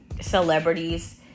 celebrities